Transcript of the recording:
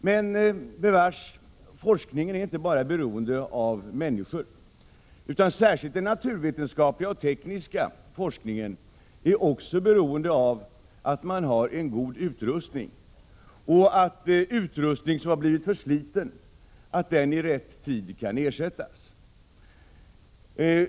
Men bevars, forskningen är inte bara beroende av människor, utan särskilt den naturvetenskapliga och tekniska forskningen är beroende av att man har en god utrustning och att utrustning som blir försliten i rätt tid kan ersättas.